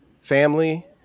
family